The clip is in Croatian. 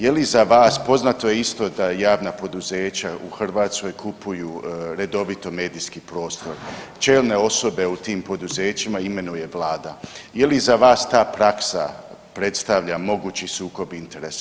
Je li za vas poznato isto da javna poduzeća u Hrvatskoj kupuju redovito medijski prostor, čelne osobe u tim poduzećima imenuje vlada, je li i za vas ta praksa predstavlja mogući sukob interesa?